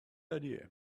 idea